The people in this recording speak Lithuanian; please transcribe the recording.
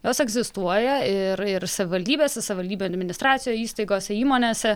jos egzistuoja ir ir savivaldybėse savivaldybių administracijų įstaigose įmonėse